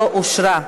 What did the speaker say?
לא אושרה.